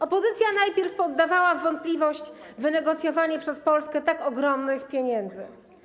Opozycja najpierw podawała w wątpliwość wynegocjowanie przez Polskę tak ogromnych pieniędzy.